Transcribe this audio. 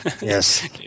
Yes